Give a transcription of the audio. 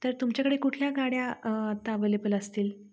तर तुमच्याकडे कुठल्या गाड्या आत्ता अव्हेलेबल असतील